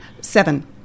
seven